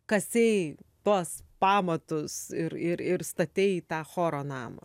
kasei tuos pamatus ir ir ir statei tą choro namą